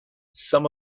some